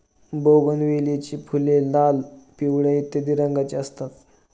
बोगनवेलीची फुले लाल, पिवळ्या इत्यादी रंगांची असतात